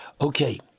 okay